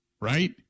right